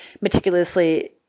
meticulously